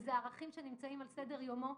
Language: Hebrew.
וזה ערכים שנמצאים על סדר-היום שלו,